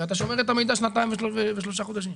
הרי אתם שומרים את המידע במשך שנתיים ושלושה חודשים.